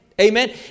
Amen